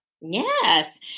Yes